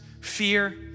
fear